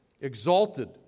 exalted